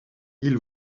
ils